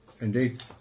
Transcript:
Indeed